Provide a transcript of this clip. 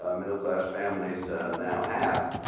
ah middle class families now have,